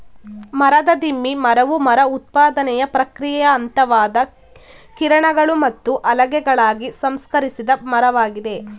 ಮರದ ದಿಮ್ಮಿ ಮರವು ಮರ ಉತ್ಪಾದನೆಯ ಪ್ರಕ್ರಿಯೆಯ ಹಂತವಾದ ಕಿರಣಗಳು ಮತ್ತು ಹಲಗೆಗಳಾಗಿ ಸಂಸ್ಕರಿಸಿದ ಮರವಾಗಿದೆ